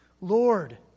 Lord